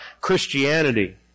Christianity